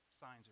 Signs